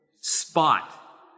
spot